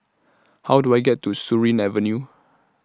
How Do I get to Surin Avenue